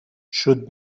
should